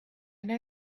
know